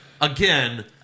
Again